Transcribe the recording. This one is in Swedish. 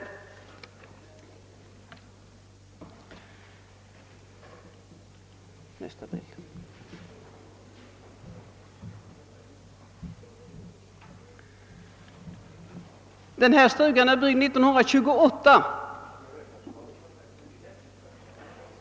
Här har vi en stuga byggd 1928.